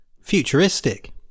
futuristic